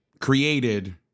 created